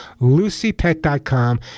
LucyPet.com